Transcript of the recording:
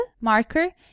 marker